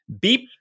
beep